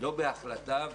לא בהחלטה,